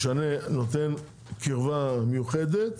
משנה נותן קרבה מיוחדת.